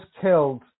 killed